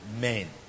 men